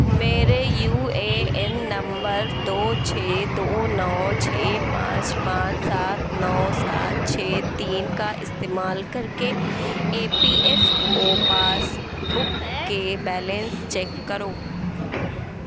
میرے U A N نمبر دو چھ دو نو چھ پانچ پانچ سات نو سات چھ تین کا استعمال کر کے E P F O passbook کے بیلنس چیک کرو